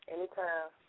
Anytime